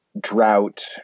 drought